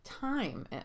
time